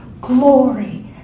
glory